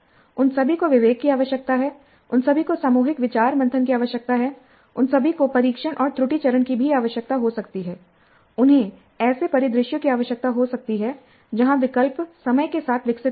उन सभी को विवेक की आवश्यकता है उन सभी को सामूहिक विचार मंथन की आवश्यकता है उन सभी को परीक्षण और त्रुटि चरण की भी आवश्यकता हो सकती है उन्हें ऐसे परिदृश्यों की आवश्यकता हो सकती है जहां विकल्प समय के साथ विकसित होते हैं